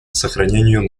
сохранению